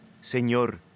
Señor